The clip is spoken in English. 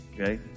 Okay